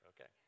Okay